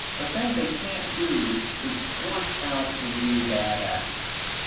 the thing they can't do is force out the really bad actors,